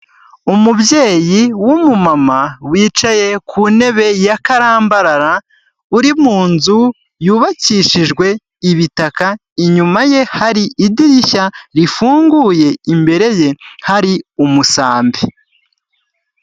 Umubyeyi w'umumama wicaye ku ntebe ya karambarara uri mu nzu yubakishijwe ibitaka inyuma ye hari idirishya rifunguye imbere ye hari umusambi,